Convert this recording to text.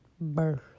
birth